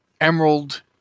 emerald